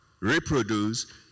reproduce